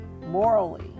morally